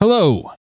Hello